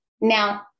Now